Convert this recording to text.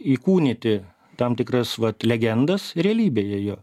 įkūnyti tam tikras vat legendas realybėje jo